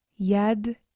Yad